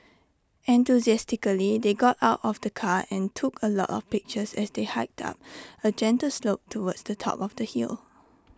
enthusiastically they got out of the car and took A lot of pictures as they hiked up A gentle slope towards the top of the hill